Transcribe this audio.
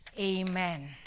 amen